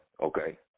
okay